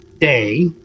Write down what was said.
day